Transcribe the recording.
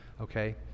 okay